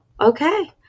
okay